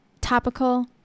topical